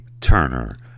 turner